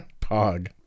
Pog